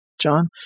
John